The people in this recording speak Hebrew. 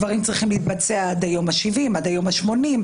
דברים צריכים להתבצע עד היום ה-70, עד היום ה-80.